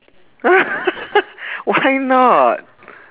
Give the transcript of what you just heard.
why not